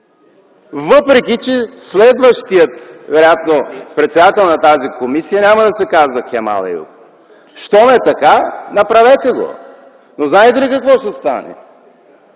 въпреки че вероятно следващият председател на тази комисия няма да се казва Кемал Еюп. Щом е така, направете го. Но знаете ли какво ще стане?